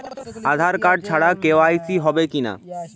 আধার card ছাড়া KYC হবে কিনা?